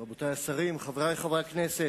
תודה, רבותי השרים, חברי חברי הכנסת,